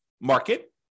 market